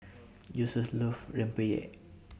Joesph loves Rempeyek